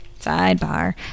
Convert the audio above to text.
sidebar